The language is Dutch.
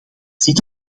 ziet